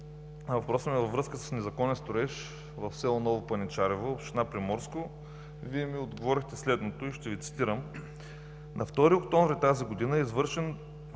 въпроса ми във връзка с незаконен строеж в село Ново Паничарево, община Приморско, Вие ми отговорихте следното и ще Ви цитирам: „На 2 октомври тази година е извършен